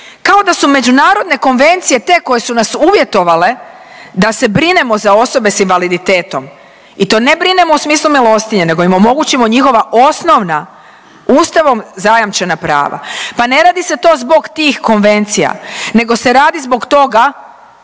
kao da su međunarodne konvencije te koje su nas uvjetovale da se brinemo za osobe sa invaliditetom i to ne brinemo u smislu milostinje nego im omogućimo njihova osnovna, Ustavom zajamčena prava. Pa ne radi se to zbog tih konvencija nego se radi zbog toga